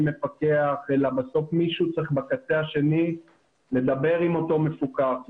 מפקח אלא בסוף מישהו צריך בקצה השני לדבר עם אותו מפוקח.